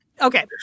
Okay